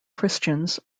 christians